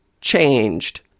changed